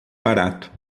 barato